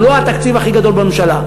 הוא לא התקציב הכי גדול בממשלה.